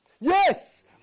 Yes